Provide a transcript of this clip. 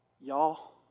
y'all